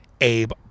Abe